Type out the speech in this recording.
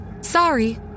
Sorry